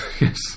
Yes